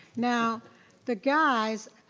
now the guys,